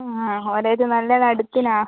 അ ഒരേത് നല്ലത് അടുത്തിനാ